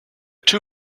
two